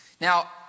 Now